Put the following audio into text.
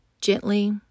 gently